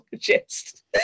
psychologist